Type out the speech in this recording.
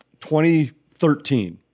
2013